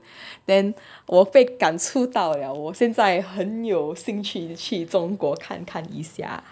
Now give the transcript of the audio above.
then 我感触到呀我现在很有兴趣的器国看一看一下